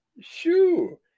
Shoo